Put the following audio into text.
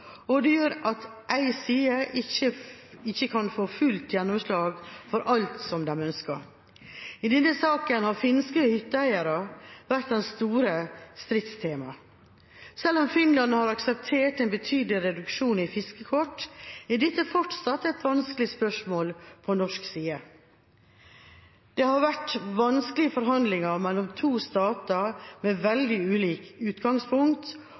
og det gjør at én side ikke kan få fullt gjennomslag for alt de ønsker. I denne saken har finske hytteeiere vært det store stridstemaet. Selv om Finland har akseptert en betydelig reduksjon i antall fiskekort, er dette fortsatt et vanskelig spørsmål på norsk side. Det har vært vanskelige forhandlinger mellom to stater med veldig ulikt utgangspunkt,